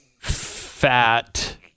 fat